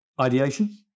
ideation